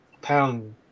pound